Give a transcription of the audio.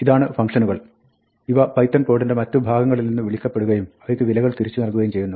ഇതാണ് ഫംഗ്ഷനുകൾ ഇവ പൈത്തൺ കോഡിന്റെ മറ്റു ഭാഗങ്ങളിൽ നിന്ന് വിളിക്കപ്പെടുകയും അവയ്ക്ക് വിലകൾ തിരിച്ചു നൽകുകയും ചെയ്യുന്നു